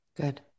Good